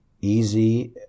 easy